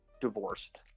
divorced